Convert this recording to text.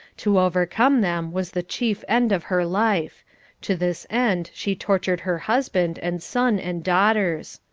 to overcome them was the chief end of her life to this end she tortured her husband, and son, and daughters.